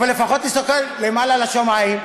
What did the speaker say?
אבל לפחות נסתכל למעלה לשמים,